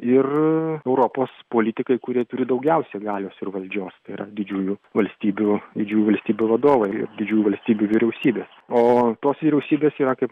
ir europos politikai kurie turi daugiausiai galios ir valdžios tai yra didžiųjų valstybių didžiųjų valstybių vadovai ir didžiųjų valstybių vyriausybės o tos vyriausybės yra kaip